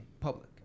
public